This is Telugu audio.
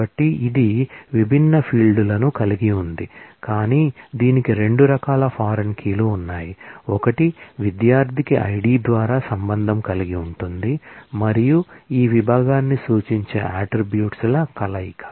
కాబట్టి ఇది విభిన్న ఫీల్డ్ లను కలిగి ఉంది కానీ దీనికి 2 రకాల ఫారిన్ కీలు ఉన్నాయి ఒకటి విద్యార్థికి ID ద్వారా రిలేషన్ కలిగి ఉంటుంది మరియు ఈ విభాగాన్ని సూచించే అట్ట్రిబ్యూట్స్ ల కలయిక